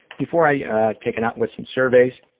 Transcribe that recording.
before i take it out with some surveys,